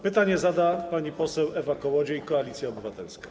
Pytanie zada pani poseł Ewa Kołodziej, Koalicja Obywatelska.